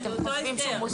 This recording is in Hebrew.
זה אותו ההסדר.